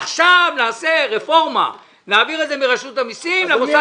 עכשיו נעשה רפורמה, נעביר את זה מרשות המסים למוסד